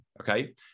Okay